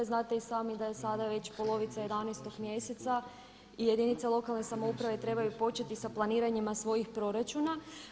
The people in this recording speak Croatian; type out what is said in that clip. Znate i sami da je sada već polovica 11. mjeseca i jedinice lokalne samouprave trebaju početi sa planiranjima svojih proračuna.